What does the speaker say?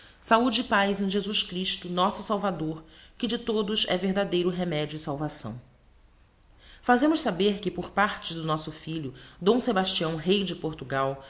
saude e paz em jesus christo nosso salvador que de todos é verdadeiro remedio e salvaçaõ fazemos saber que por parte do nosso filho d sebastião rey de portugal